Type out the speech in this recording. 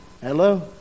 Hello